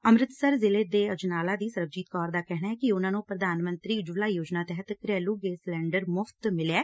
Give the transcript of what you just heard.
ਅੰਮ੍ਤਿਤਸਰ ਜ਼ਿਲ੍ਹੇ ਦੇ ਅਜਨਾਲਾ ਦੀ ਸਰਬਜੀਤ ਕੌਰ ਦਾ ਕਹਿਣੈ ਕਿ ਉਨ੍ਹਾਂ ਨੂੰ ਪ੍ਰਧਾਨ ਮੰਤਰੀ ਉਜੱਵਲਾ ਯੋਜਨਾ ਤਹਿਤ ਘਰੇਲੂ ਗੈਸ ਦਾ ਸਿਲੰਡਰ ਮੁਫ਼ਤ ਮਿਲਿਐ